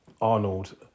Arnold